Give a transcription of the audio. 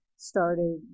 started